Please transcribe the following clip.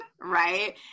right